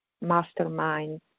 mastermind